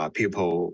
people